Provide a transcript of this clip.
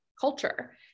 culture